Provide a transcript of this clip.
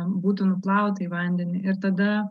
būtų nuplauta į vandenį ir tada